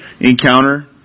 encounter